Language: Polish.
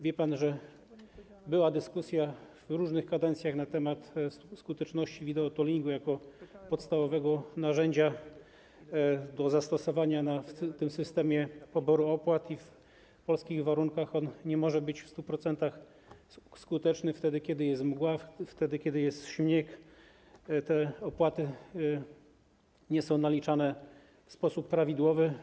Wie pan, że była dyskusja w różnych kadencjach na temat skuteczności videotollingu jako podstawowego narzędzia do zastosowania w systemie poboru opłat i w polskich warunkach on nie może być w 100% skuteczny: wtedy, kiedy jest mgła, wtedy, kiedy jest śnieg, te opłaty nie są naliczane w sposób prawidłowy.